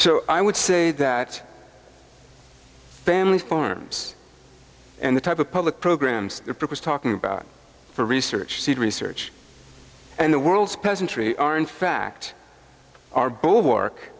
so i would say that family farms and the type of public programs approaches talking about for research seed research and the world's peasantry are in fact are both work